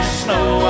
snow